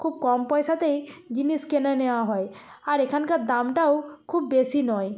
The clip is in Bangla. খুব কম পয়সাতেই জিনিস কিনে নেওয়া হয় আর এখানকার দামটাও খুব বেশি নয়